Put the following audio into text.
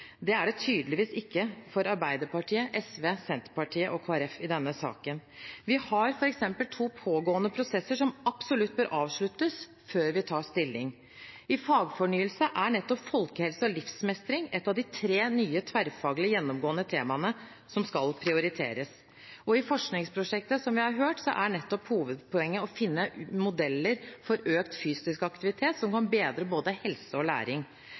Det er det tydeligvis ikke for Arbeiderpartiet, SV, Senterpartiet og Kristelig Folkeparti i denne saken. Vi har f.eks. to pågående prosesser som absolutt bør avsluttes før vi tar stilling. I fagfornyelse er nettopp folkehelse og livsmestring ett av de tre nye tverrfaglige gjennomgående temaene som skal prioriteres. I forskningsprosjektet, som vi har hørt, er hovedpoenget nettopp å finne modeller for økt fysisk aktivitet som kan bedre både helse og læring.